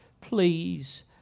please